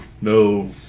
no